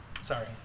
Sorry